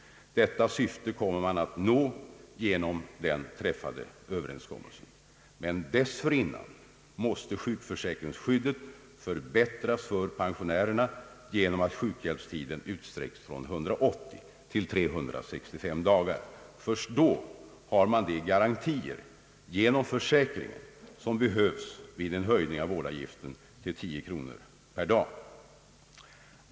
Detta syfte kommer man att nå genom den träffade överenskommelsen, men dessförinnan måste sjukförsäkringsskyddet förbättras för pensionärerna genom att sjukhjälpstiden utsträcks från 180 till 365 dagar. Först då finns de garantier som behövs för att en höjning av vårdavgiften till 10 kronor per dag skall kunna genomföras.